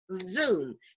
Zoom